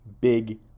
big